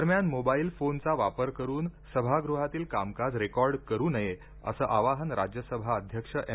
दरम्यान मोबाइल फोनचा वापर करून सभागृहातील कामकाज रेकॉर्ड करू नये असं आवाहन राज्यसभा अध्यक्ष एम